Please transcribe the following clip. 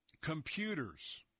computers